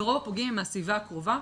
ורוב הפוגעים הם מהסביבה הקרובה.